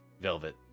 Velvet